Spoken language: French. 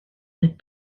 n’est